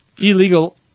illegal